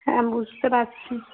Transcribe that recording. হ্যাঁ বুঝতে পারছি